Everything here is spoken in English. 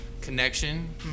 connection